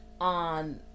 on